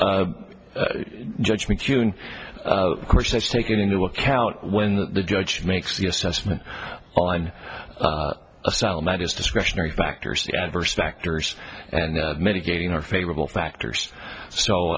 judgment june of course that's taken into account when the judge makes the assessment on a salamander's discretionary factors the adverse factors and many gaining are favorable factors